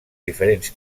diferents